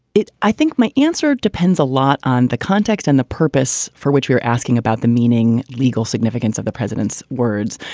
it i think my answer depends a lot on the context and the purpose for which you're asking about the meaning, legal significance of the president's words.